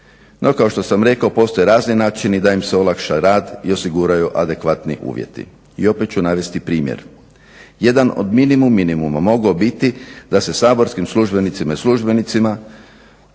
No kao što sam rekao postoje razni načini da im se olakša rad i osiguraju adekvatni uvjeti i opet ću navesti primjer. Jedan od minimum minimuma bi mogao biti da se saborskim službenicama i službenicima